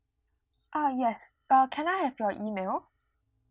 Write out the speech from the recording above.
ah yes uh can I have your email